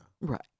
Right